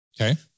Okay